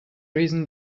reason